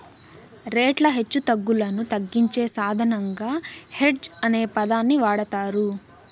రేట్ల హెచ్చుతగ్గులను తగ్గించే సాధనంగా హెడ్జ్ అనే పదాన్ని వాడతారు